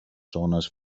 zones